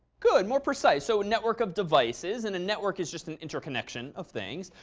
good. more precise. so a network of devices. and a network is just an interconnection of things.